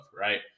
Right